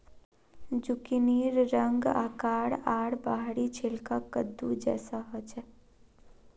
जुकिनीर रंग, आकार आर बाहरी छिलका कद्दू जैसा ह छे